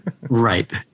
Right